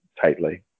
tightly